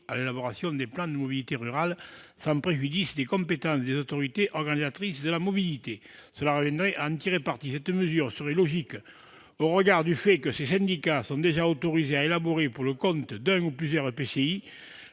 à l'élaboration des plans de mobilité rurale, sans préjudice des compétences des autorités organisatrices de la mobilité. Adopter cette mesure serait logique au regard du fait que ces syndicats sont déjà autorisés à élaborer le PCAET pour le compte d'un ou plusieurs EPCI.